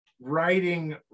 writing